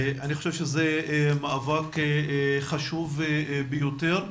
אני חושב שזה מאבק חשוב ביותר.